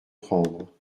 prendre